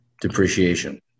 depreciation